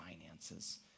finances